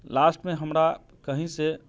लास्टमे हमरा कहीँ सॅं